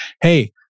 Hey